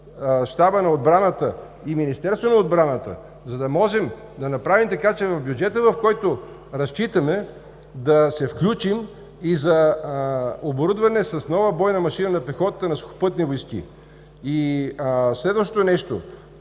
Щабът на отбраната и Министерството на отбраната, за да можем да направим така, че в бюджета, в който разчитаме, да се включим и за оборудване с нова бойна машина на пехотата на Сухопътни войски. Следващото нещо.